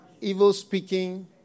evil-speaking